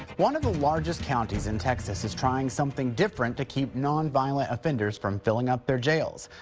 one of the largest counties in texas is trying something different to keep non-violent offenders from filling up their jails.